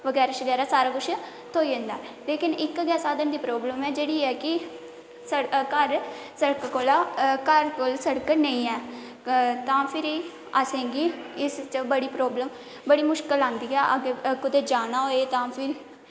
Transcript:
बगैरा सारा किश थ्होई जंदा लेकिन इक्क गै प्रॉब्लम दी कमीं ऐ जेह्ड़ा कि घर कोल कोई सड़क निं ऐ ते तां फिरी असल च इस च बड़ी प्रॉब्लम जां बड़ी मुश्कल आंदी ऐ जेकर कुदै जाना होऐ फिर